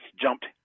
jumped